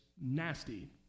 nasty